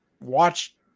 watch